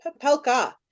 Papelka